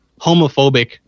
homophobic